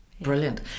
brilliant